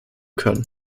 können